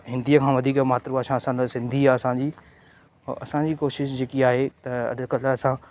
हिंदीअ खां वधीक मात्र भाषा असां त सिंधी आहे असांजी और असांजी कोशिशि जेकी आहे त अॼुकल्ह असां